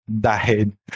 died